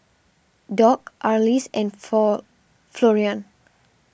Dock Arlis and for Florian